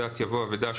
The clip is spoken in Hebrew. (1) ברישה,